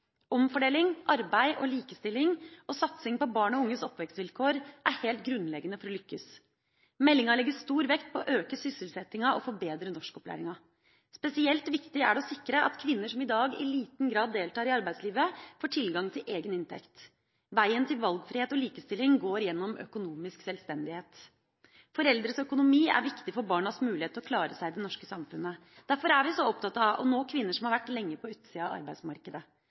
Omfordeling, arbeid, likestilling og satsing på barns og unges oppvekstvilkår er helt grunnleggende for å lykkes. Meldinga legger stor vekt på å øke sysselsettinga og forbedre norskopplæringa. Spesielt viktig er det å sikre at kvinner som i dag i liten grad deltar i arbeidslivet, får tilgang til egen inntekt. Veien til valgfrihet og likestilling går gjennom økonomisk selvstendighet. Foreldres økonomi er viktig for barnas mulighet til å klare seg i det norske samfunnet. Derfor er vi så opptatt av å nå kvinner som har vært lenge på utsida av arbeidsmarkedet.